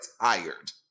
tired